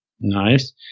Nice